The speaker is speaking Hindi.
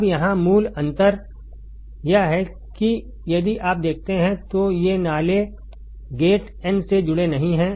अब यहाँ मूल अंतर यह है कि यदि आप देखते हैं तो ये नाले गेट n से जुड़े नहीं हैं